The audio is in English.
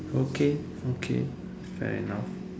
okay okay fair enough